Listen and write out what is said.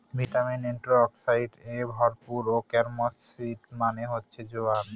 vitamin, antioxidants এ ভরপুর carom seed মানে হচ্ছে জোয়ান